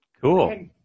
Cool